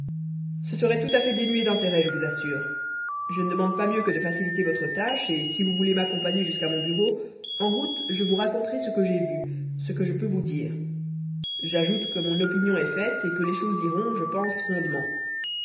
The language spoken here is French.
ce serait tout à fait dénué d'intérêt je vous assure je ne demande pas mieux que de faciliter votre tâche et si vous voulez m'accompagner jusqu'à mon bureau en route je vous raconterai ce que j'ai vu ce que je peux vous dire j'ajoute que mon opinion est faite et que les choses iront je pense rondement